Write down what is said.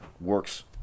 works